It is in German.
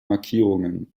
markierungen